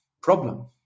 problem